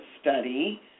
study